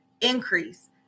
increase